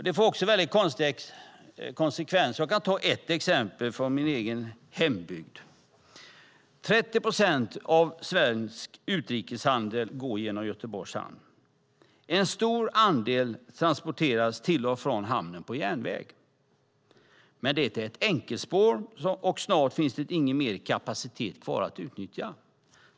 Det får konstiga konsekvenser. Jag ska ge ett exempel från min egen hembygd. 30 procent av svensk utrikeshandel går genom Göteborgs hamn. En stor andel transporteras till och från hamnen på järnväg. Det är ett enkelspår, och snart finns det inte mer kapacitet kvar att utnyttja.